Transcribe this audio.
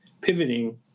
pivoting